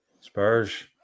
Spurs